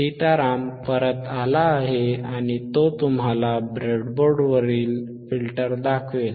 सीताराम परत आला आहे आणि तो तुम्हाला ब्रेडबोर्डवरील फिल्टर दाखवेल